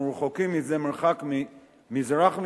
אנחנו רחוקים מזה מרחק מזרח ממערב,